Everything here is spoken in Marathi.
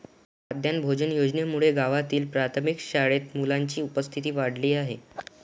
माध्यान्ह भोजन योजनेमुळे गावातील प्राथमिक शाळेत मुलांची उपस्थिती वाढली आहे